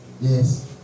Yes